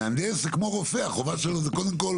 מהנדס זה כמו הרופא, החובה שלו היא קודם כול